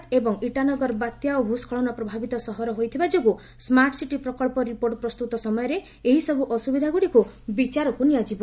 ଟ ଏବଂ ଇଟାନଗର ବାତ୍ୟା ଓ ଭୂସ୍କଳନ ପ୍ରଭାବିତ ସହର ହୋଇଥିବା ଯୋଗୁଁ ସ୍କାର୍ଟ ସିଟି ପ୍ରକଳ୍ପ ରିପୋର୍ଟ ପ୍ରସ୍ତୁତ ସମୟରେ ଏହିସବୁ ଅସୁବିଧାଗୁଡ଼ିକୁ ବିଚାରକୁ ନିଆଯିବ